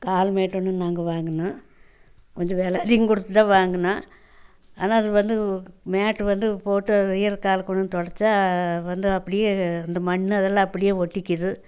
கால் mat ஒன்று நாங்கள் வாங்கினோம் கொஞ்சம் வில அதிகம் கொடுத்து தான் வாங்கினேன் ஆனால் அது வந்து மேட் வந்து போட்டு அதில் ஈரக்காலை கொண்டு வந்து துடச்சா வந்து அப்படியே அந்த மண் அதெல்லாம் அப்படியே ஒட்டிக்குது